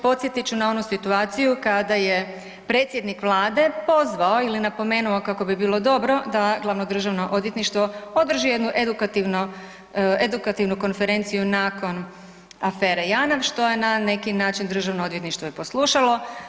Podsjetit ću na onu situaciju kada je predsjednik Vlade pozvao ili napomenuo kako bi bilo dobro da glavno državno odvjetništvo održi jednu edukativnu konferenciju nakon afere JANAF što je na neki način državno odvjetništvo i poslušalo.